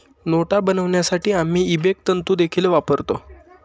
नोटा बनवण्यासाठी आम्ही इबेक तंतु देखील वापरतो